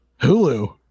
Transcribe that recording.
Hulu